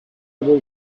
will